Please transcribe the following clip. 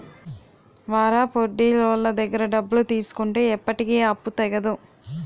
వారాపొడ్డీలోళ్ళ దగ్గర డబ్బులు తీసుకుంటే ఎప్పటికీ ఆ అప్పు తెగదు